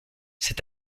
cet